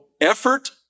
effort